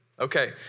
Okay